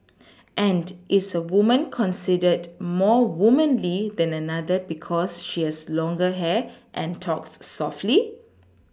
and is a woman considered more womanly than another because she has longer hair and talks softly